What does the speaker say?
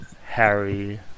Harry